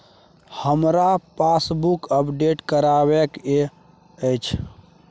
हमरा passbook update करैबे के अएछ?